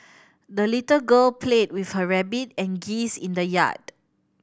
the little girl played with her rabbit and geese in the yard